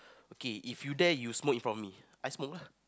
okay if you dare you smoke in front of me I smoke lah